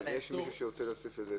יש מישהו שרוצה להוסיף לזה?